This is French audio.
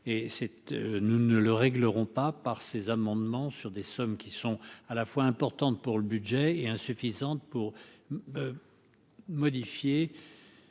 nous ne le règlerons pas par ces amendements sur des sommes qui sont à la fois importante pour le budget est insuffisante pour modifier